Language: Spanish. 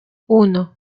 uno